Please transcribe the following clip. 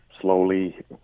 slowly